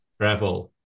Travel